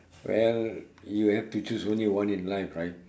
well you have to choose only one in life right